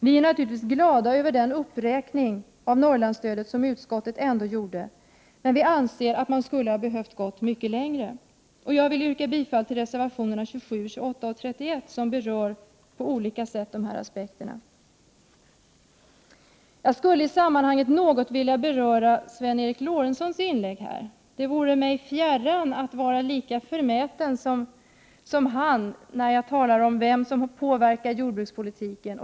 Vi är naturligtvis glada över den uppräkning av Norrlandsstödet som utskottet ändå gjorde, men vi anser att man hade behövt gå mycket längre. Jag vill yrka bifall till reservationerna 27, 28 och 31, som på olika sätt berör dessa aspekter. Jag skulle i sammanhanget något vilja beröra Sven Eric Lorentzons inlägg. Det vore mig fjärran att vara lika förmäten som han när jag talar om vem som påverkar jordbrukspolitiken.